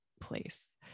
place